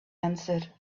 answered